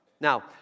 Now